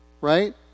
right